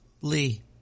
Lee